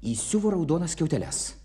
įsiuvo raudonas skiauteles